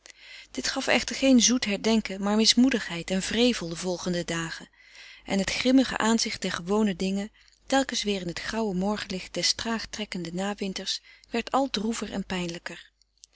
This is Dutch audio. dit gaf echter geen zoet herdenken maar mismoedigheid en wrevel de volgende dagen en het grimmige aanzicht der gewone dingen telkens weer in het grauwe morgenlicht des traag trekkenden nawinters werd al droever en pijnlijker